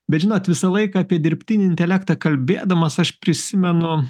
bet žinot visą laiką apie dirbtinį intelektą kalbėdamas aš prisimenu